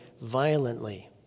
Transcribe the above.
violently